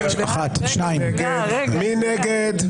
מי נגד?